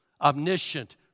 omniscient